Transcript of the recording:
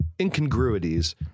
incongruities